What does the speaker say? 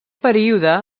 període